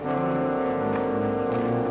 or